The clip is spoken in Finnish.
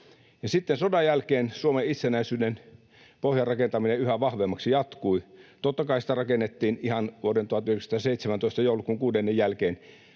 sitten sodan jälkeen Suomen itsenäisyyden pohjan rakentaminen yhä vahvemmaksi jatkui. Totta kai sitä rakennettiin ihan vuoden 1917 joulukuun kuudennen päivän